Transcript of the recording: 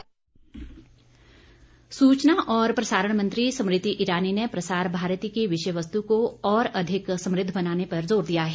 स्मृति ईरानी सूचना और प्रसारण मंत्री स्मृति ईरानी ने प्रसार भारती की विषय वस्तु को और अधिक समृद्ध बनाने पर जोर दिया है